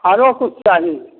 आरो किछु चाही